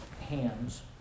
hands